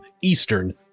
Eastern